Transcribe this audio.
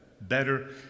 better